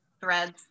threads